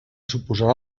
suposarà